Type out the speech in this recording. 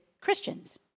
Christians